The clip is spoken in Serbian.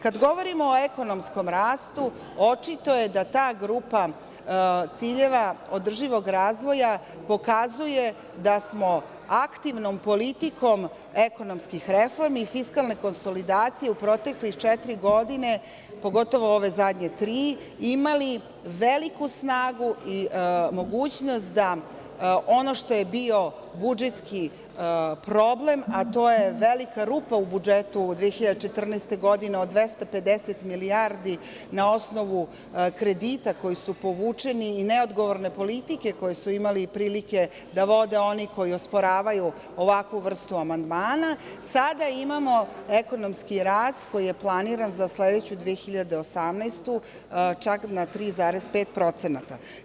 Kada govorimo o ekonomskom rastu, očito je da ta grupa ciljeva održivog razvoja pokazuje da smo aktivnom politikom ekonomskih reformi i fiskalne konsolidacije u protekle četiri godine, pogotovo ove zadnje tri, imali veliku snagu i mogućnost da ono što je bio budžetski problem, a to je velika rupa u budžetu 2014. godine od 250 milijardi na osnovu kredita koji su povučeni ili neodgovorne politike koju su imali prilike da vode oni koji osporavaju ovakvu vrstu amandmana, sada imamo ekonomski rast koji je planiran za sledeću 2018. godinu čak na 3,5%